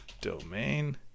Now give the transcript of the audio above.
domain